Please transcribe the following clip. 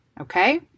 okay